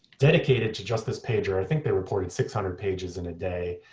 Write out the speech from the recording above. dedicated to just this pager. i think they reported six hundred pages in a day.